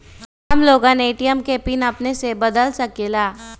हम लोगन ए.टी.एम के पिन अपने से बदल सकेला?